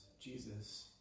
Jesus